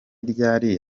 ryari